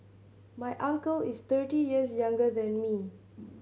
my uncle is thirty years younger than me